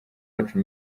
wacu